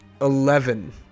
Eleven